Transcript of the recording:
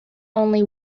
only